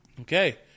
Okay